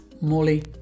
Morley